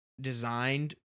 designed